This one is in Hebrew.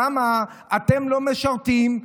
למה אתם לא משרתים,